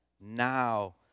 now